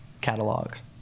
catalogs